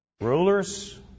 rulers